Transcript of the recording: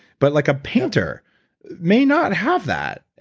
but like a painter may not have that,